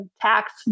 tax